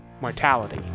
mortality